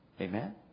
Amen